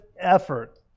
effort